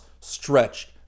stretched